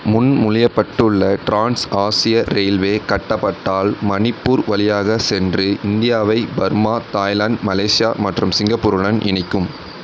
முன் மொழியப்பட்டுள்ள trans Asia railway கட்டப்பட்டால் மணிப்பூர் வழியாகச் சென்று இந்தியாவை பர்மா தாய்லாந்து மலேசியா மற்றும் சிங்கப்பூருடன் இணைக்கும்